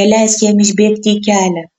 neleisk jam išbėgti į kelią